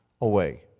away